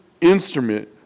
instrument